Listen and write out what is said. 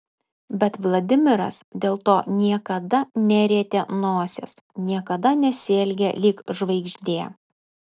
bet vladimiras dėl to niekada nerietė nosies niekada nesielgė lyg žvaigždė